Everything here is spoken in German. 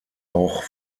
auch